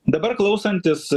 dabar klausantis